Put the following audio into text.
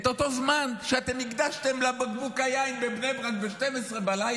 את אותו זמן שאתם הקדשתם לבקבוק היין בבני ברק ב-24:00,